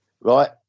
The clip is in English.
right